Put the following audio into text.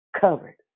covered